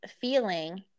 feeling